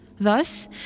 Thus